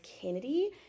Kennedy